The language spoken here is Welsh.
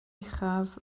uchaf